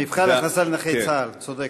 מבחן הכנסה לנכי צה"ל, צודק.